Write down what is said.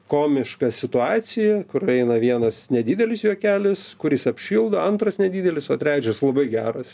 komišką situaciją kur eina vienas nedidelis juokelis kuris apšildo antras nedidelis o trečias labai geras